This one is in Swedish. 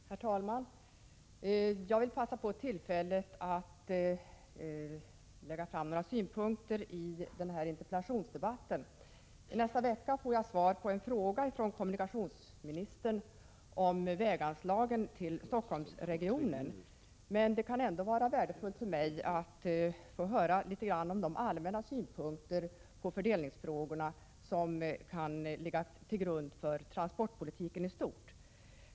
Herr talman! Jag vill passa på tillfället att lägga fram några synpunkter i den här interpellationsdebatten. I nästa vecka får jag av kommunikationsministern svar på en fråga om väganslagen till Stockholmsregionen. Det kan ändå vara värdefullt för mig att få höra litet om hans allmänna syn på fördelningsfrågorna, som kan ligga till grund för transportpolitiken i stort.